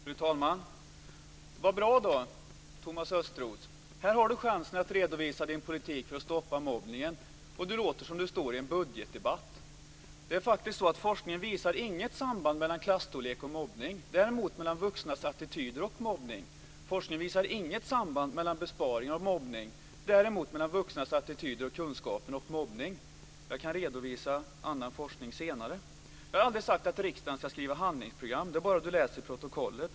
Fru talman! Vad bra, Thomas Östros! Här har han chansen att redovisa sin politik för att stoppa mobbningen, och han låter som om han deltar i en budgetdebatt. Forskningen visar inget samband mellan klasstorlek och mobbning, däremot mellan vuxnas attityder och mobbning. Forskningen visar inget samband mellan besparingar och mobbning, däremot mellan vuxnas attityder och kunskapen om mobbning. Jag kan redovisa annan forskning senare. Jag har aldrig sagt att riksdagen ska skriva handlingsprogram. Det är bara att läsa i protokollet.